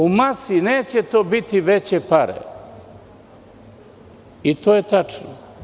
U masi to neće biti veće pare, i to je tačno.